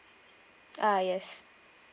ah yes